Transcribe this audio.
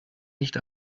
nicht